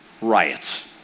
Riots